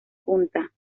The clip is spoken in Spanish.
punta